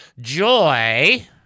Joy